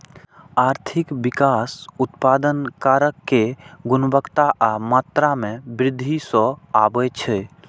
आर्थिक विकास उत्पादन कारक के गुणवत्ता आ मात्रा मे वृद्धि सं आबै छै